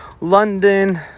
London